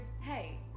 hey